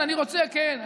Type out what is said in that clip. אני רוצה, כן.